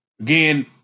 Again